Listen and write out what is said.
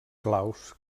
claus